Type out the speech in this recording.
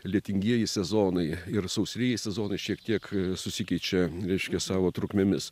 lietingieji sezonai ir sausrieji sezonai šiek tiek susikeičia reiškia savo trukmėmis